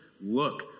look